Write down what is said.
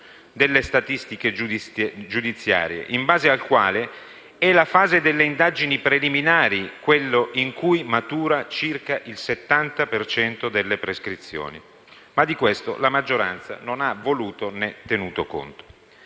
delle statistiche giudiziarie, in base al quale è la fase delle indagini preliminari quella in cui matura circa il 70 per cento delle prescrizioni. Di questo, però, la maggioranza non ha tenuto alcun conto.